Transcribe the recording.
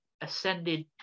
ascended